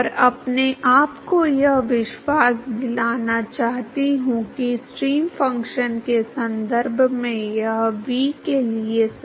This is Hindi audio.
तो u के लिए व्यंजक नहीं जानते u by uinfinity is df by d eta इसलिए यदि आप चाहते हैं कि duबाय dy आप में से प्रत्येक को पता हो डी स्क्वायर एफ बटा डीटा स्क्वायर क्या है